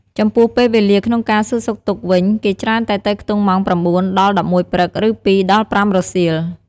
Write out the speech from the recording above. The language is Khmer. ចំពោះពេលវេលាក្នុងការសួរសុខទុក្ខវិញ គេច្រើនតែទៅខ្ទង់ម៉ោង៩ ដល់ ១១ព្រឹក ឬ ២ ដល់ ៥ រសៀល។